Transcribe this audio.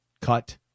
cut